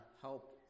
help